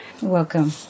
Welcome